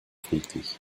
friedlich